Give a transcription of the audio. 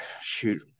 shoot